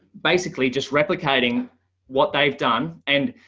basically just replicating what they've done. and